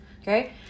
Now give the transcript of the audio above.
Okay